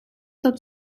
dat